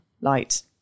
light